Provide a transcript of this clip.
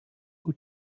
who